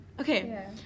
okay